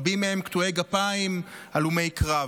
רבים מהם קטועי גפיים, הלומי קרב.